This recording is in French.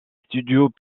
studios